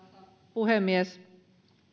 puhemies